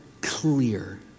CLEAR